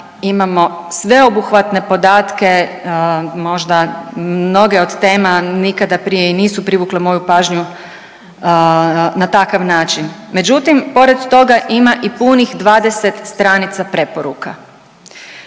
imamo sveobuhvatne podatke možde mnoge od tema nikada prije nisu privukle moju pažnju na takav način. Međutim, pored toga ima i punih 20 stranica preporuka.